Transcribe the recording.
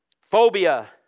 phobia